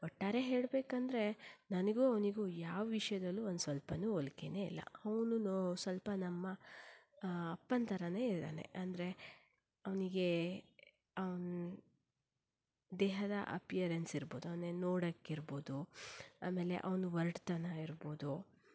ಒಟ್ಟಾರೆ ಹೇಳಬೇಕೆಂದರೆ ನನಗೂ ಅವನಿಗೂ ಯಾವ ವಿಷಯದಲ್ಲೂ ಒಂದು ಸ್ವಲ್ಪವೂ ಹೋಲಿಕೆಯೇ ಇಲ್ಲ ಅವನು ಸ್ವಲ್ಪ ನಮ್ಮ ಅಪ್ಪನ ಥರಾನೇ ಇದ್ದಾನೆ ಅಂದರೆ ಅವನಿಗೆ ಅವನ ದೇಹದ ಅಪಿಯರೆನ್ಸ್ ಇರ್ಬೋದು ಆಮೇಲೆ ನೋಡಕ್ಕಿರ್ಬೋದು ಆಮೇಲೆ ಅವನ ಒರಟುತನ ಇರ್ಬೋದು